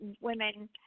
women